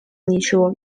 ничего